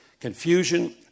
confusion